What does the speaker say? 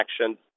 actions